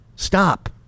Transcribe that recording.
Stop